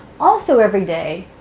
also every day,